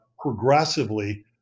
progressively